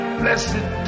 blessed